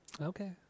Okay